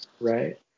right